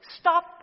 stop